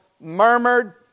murmured